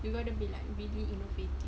you got to be like really innovative